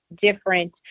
Different